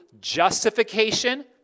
justification